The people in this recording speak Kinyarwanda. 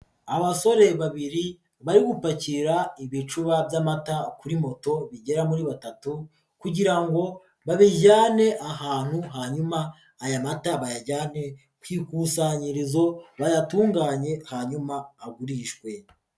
Abasore babiri bari gupakira ibicuba by'amata, kuri moto bigera kuri batatu kugira ngo babijyane ahantu hanyuma, aya mata bayajyane ku ikusanyirizo bayatunganye, hanyuma agurishwe.